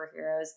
superheroes